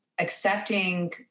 accepting